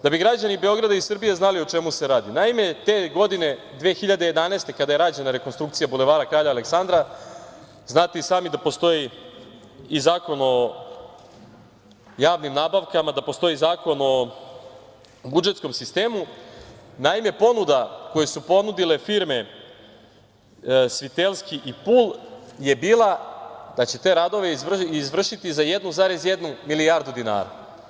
Da bi građani Beograda i Srbije, znali o čemu se radi, naime, te godine 2011. kada je rađena rekonstrukcija Bulevara Kralja Aleksandra, znate i sami da postoji i Zakon o javnim nabavkama i da postoji Zakon o budžetskom sistemu, naime , ponuda koje su ponudile firme „Svitelski i Pul“, je bila da će te radove izvršiti za 1,1 milijardu dinara.